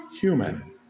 human